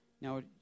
Now